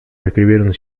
escribieron